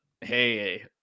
hey